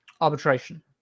Arbitration